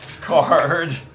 card